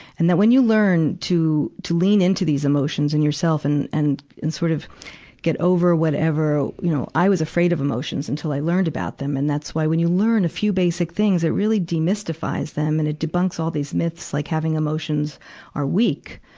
and that when you learn to, to lean into these emotions and yourself and, and, and sort of get over whatever you know, i was afraid of emotions until i learned about them. and that's why when you learn a few basic things, it demystifies them and it debunks all these myths like having emotions are weak,